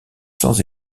sans